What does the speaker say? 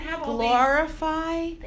glorify